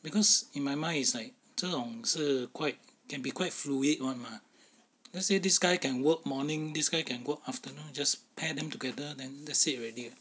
because in my mind is like 这种是 quite can be quite fluid [one] mah let's say this guy can work morning this guy can work afternoon just pair them together then that's it already